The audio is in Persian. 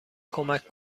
کمک